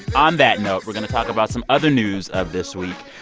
on that note, we're going to talk about some other news of this week.